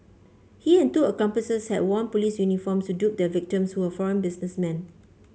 he and two accomplices had worn police uniforms to dupe their victims who were foreign businessmen